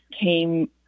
came